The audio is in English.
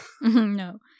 No